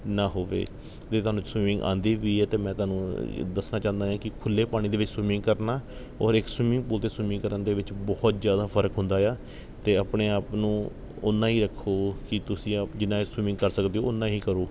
ਨਾ ਹੋਵੇ ਜੇ ਤੁਹਾਨੂੰ ਸਵੀਮਿੰਗ ਆਉਂਦੀ ਵੀ ਹੈ ਤਾਂ ਮੈਂ ਤੁਹਾਨੂੰ ਦੱਸਣਾ ਚਾਹੁੰਦਾ ਕਿ ਖੁੱਲ੍ਹੇ ਪਾਣੀ ਦੇ ਵਿੱਚ ਸਵੀਮਿੰਗ ਕਰਨਾ ਔਰ ਇੱਕ ਸਵੀਮਿੰਗ ਪੂਲ 'ਤੇ ਸਵੀਮਿੰਗ ਕਰਨ ਦੇ ਵਿੱਚ ਬਹੁਤ ਜ਼ਿਆਦਾ ਫ਼ਰਕ ਹੁੰਦਾ ਆ ਅਤੇ ਆਪਣੇ ਆਪ ਨੂੰ ਉਨਾਂ ਹੀ ਰੱਖੋ ਕਿ ਤੁਸੀਂ ਆਪ ਜਿੰਨਾਂ ਸਵੀਮਿੰਗ ਕਰ ਸਕਦੇ ਹੋ ਉਨਾਂ ਹੀ ਕਰੋ